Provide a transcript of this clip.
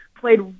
played